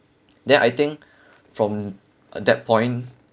then I think from that point